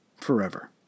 forever